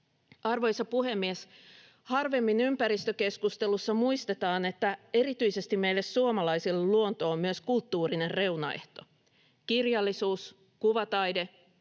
Arvoisa puhemies! Harvemmin ympäristökeskustelussa muistetaan, että erityisesti meille suomalaisille luonto on myös kulttuurinen reunaehto. Kirjallisuus, kuvataide,